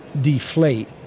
deflate